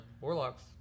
Warlocks